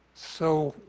so,